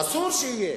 אסור שיהיה.